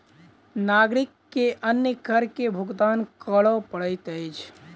नागरिक के अन्य कर के भुगतान कर पड़ैत अछि